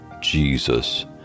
Jesus